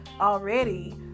already